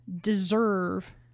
deserve